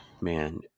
Man